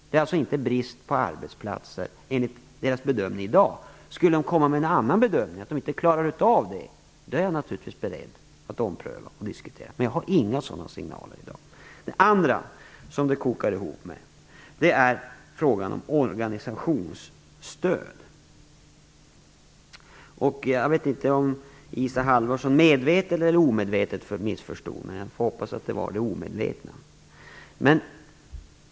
Det är alltså inte brist på arbetsplatser, enligt deras bedömning i dag. Om de skulle göra en annan bedömning, att de inte klarar av det, är jag naturligtvis beredd att ompröva och diskutera detta. Men jag har inte fått några sådana signaler. Det andra som kokar ihop här är frågan om organisationsstöd. Jag vet inte om Isa Halvarsson medvetet eller omedvetet missförstod mig - jag hoppas att det var omedvetet.